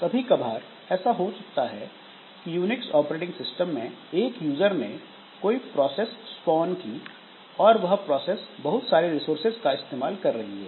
कभी कबार ऐसा हो सकता है की यूनिक्स ऑपरेटिंग सिस्टम में एक यूजर ने कोई प्रोसेस स्पॉन की और वह प्रोसेस बहुत सारी रिसोर्सेज इस्तेमाल कर रही है